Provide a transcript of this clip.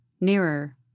nearer